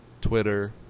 twitter